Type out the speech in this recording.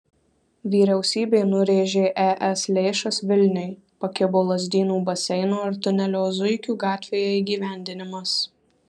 vyriausybė nurėžė es lėšas vilniui pakibo lazdynų baseino ir tunelio zuikių gatvėje įgyvendinimas